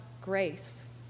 grace